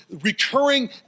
recurring